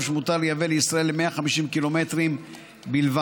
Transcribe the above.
שמותר לייבא לישראל ל-150 קילומטרים בלבד,